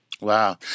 Wow